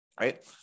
right